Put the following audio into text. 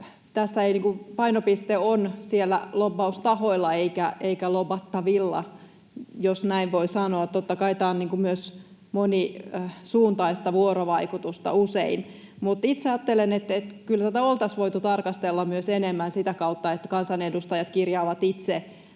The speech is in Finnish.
painopiste on siellä lobbaustahoilla eikä lobattavilla, jos näin voi sanoa. Totta kai tämä on myös monisuuntaista vuorovaikutusta usein. Mutta itse ajattelen, että kyllä tätä oltaisiin voitu tarkastella myös enemmän sitä kautta, että kansanedustajat kirjaavat itse,